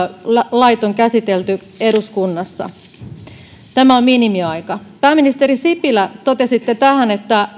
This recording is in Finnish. lait on käsitelty eduskunnassa tämä on minimiaika pääministeri sipilä totesitte tähän että